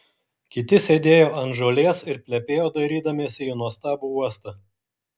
kiti sėdėjo ant žolės ir plepėjo dairydamiesi į nuostabų uostą